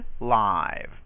live